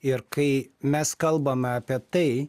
ir kai mes kalbame apie tai